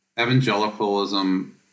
evangelicalism